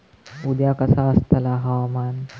उद्या कसा आसतला हवामान?